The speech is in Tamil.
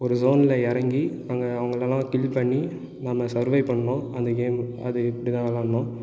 ஒரு சோனில் இறங்கி அங்க அவங்களெலாம் கில் பண்ணி நம்ம சர்வே பண்ணனும் அந்த கேம் அது இப்படிதான் விளையாடணும்